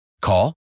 Call